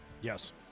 Yes